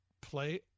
play